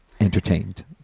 entertained